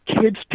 kids